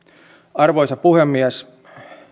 arvoisa puhemies